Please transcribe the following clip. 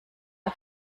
mal